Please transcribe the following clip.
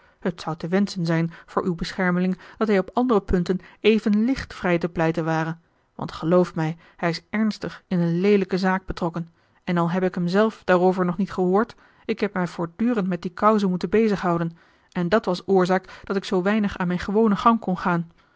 het zou te wenschen zijn voor uw beschermeling dat hij op andere punten even licht vrij te pleiten ware want geloof mij hij is ernstig in eene leelijke zaak betrokken en al heb ik hem zelf daarover nog niet gehoord ik heb mij voortdurend met die cause moeten bezighoua l g bosboom-toussaint de delftsche wonderdokter eel dat was oorzaak dat ik zoo weinig mijn gewonen gang kon gaan